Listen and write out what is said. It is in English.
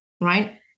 right